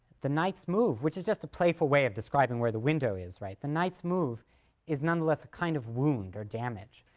the knight's move which is just a playful way of describing where the window is, right the knight's move is nonetheless a kind of wound or damage.